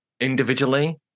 Individually